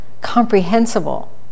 comprehensible